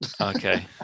Okay